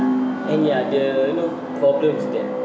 and ya the you know problems that